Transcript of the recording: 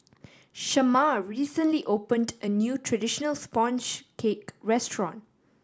Shamar recently opened a new traditional sponge cake restaurant